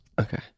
Okay